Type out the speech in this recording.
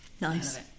Nice